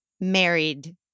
married